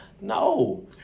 No